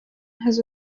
has